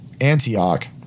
Antioch